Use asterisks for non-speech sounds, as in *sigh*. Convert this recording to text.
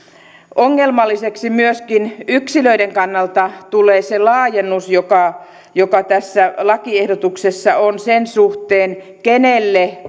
ongelmalliseksi myöskin yksilöiden kannalta tulee se laajennus joka joka tässä lakiehdotuksessa on sen suhteen kenelle *unintelligible*